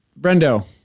Brendo